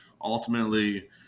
ultimately